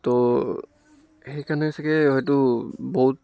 ত' সেইকাৰণে চাগৈ হয়তো বহুত